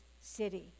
city